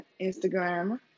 Instagram